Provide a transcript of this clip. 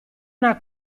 una